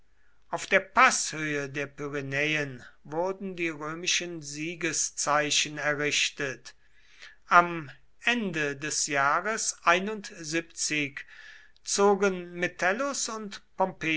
auf der paßhöhe der pyrenäen wurden die römischen siegeszeichen errichtet am ende des jahres zogen metellus und